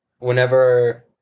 Whenever